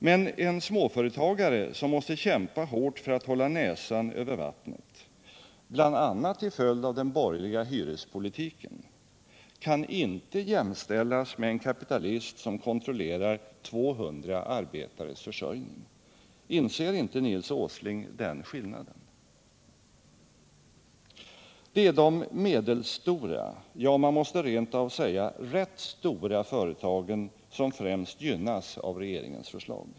Men en småföretagare som måste kämpa hårt för att hålla näsan över vattnet, bl.a. till följd av den borgerliga hyrespolitiken, kan inte jämställas med en kapitalist som kontrollerar 200 arbetares försörjning. Inser inte Nils Åsling den skillnaden? Det är de medelstora, ja, man måste rent av säga rätt stora företagen, som främst gynnas av regeringens förslag.